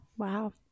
Wow